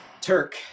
Turk